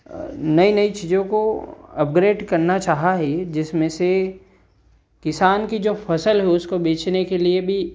नई नई चीज़ों को अपग्रेड करना चाहा है जिसमें से किसान की जो फ़सल हो उसको बेचने के लिए भी